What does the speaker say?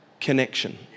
connection